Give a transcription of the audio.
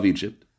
Egypt